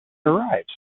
arrives